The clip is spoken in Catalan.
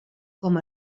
com